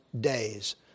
days